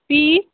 फ्ही